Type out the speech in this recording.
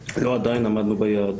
עדיין לא עמדנו ביחד.